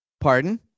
Pardon